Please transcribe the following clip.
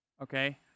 Okay